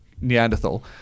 Neanderthal